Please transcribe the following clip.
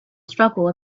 struggle